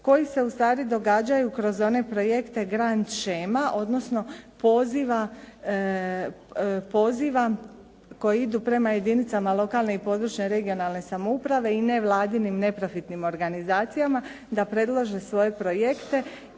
koji se ustvari događaju kroz one projekte grand shema odnosno poziva koji idu prema jedinicama lokalne i područne regionalne samouprave i nevladinim neprofitnim organizacijama da predlože svoje projekte